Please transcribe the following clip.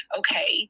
okay